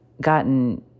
gotten